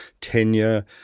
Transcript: tenure